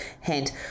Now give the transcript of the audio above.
hint